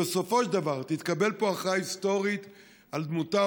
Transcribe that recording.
ובסופו של דבר תתקבל פה הכרעה היסטורית על דמותה,